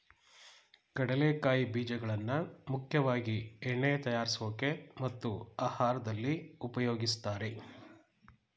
ಕಡಲೆಕಾಯಿ ಬೀಜಗಳನ್ನಾ ಮುಖ್ಯವಾಗಿ ಎಣ್ಣೆ ತಯಾರ್ಸೋಕೆ ಮತ್ತು ಆಹಾರ್ದಲ್ಲಿ ಉಪಯೋಗಿಸ್ತಾರೆ